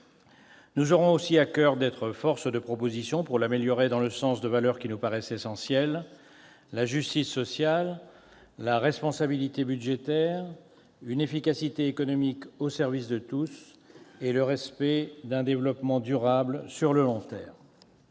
Nous aurons également à coeur d'être force de proposition, afin d'améliorer ce projet dans le sens de valeurs qui nous paraissent essentielles : la justice sociale, la responsabilité budgétaire, une efficacité économique au service de tous et le respect d'un développement durable sur le long terme.